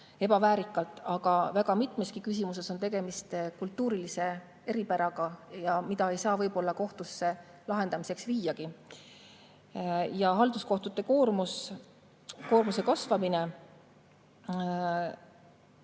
ebaväärikalt, aga väga mitmeski küsimuses on tegemist kultuurilise eripäraga, mida ei saa võib-olla kohtusse lahendamiseks viiagi. Halduskohtute koormuse kasvamine